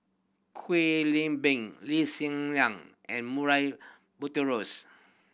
Kwek Leng Beng Lee Hsien Yang and Murray Buttrose